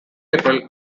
april